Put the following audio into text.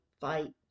fight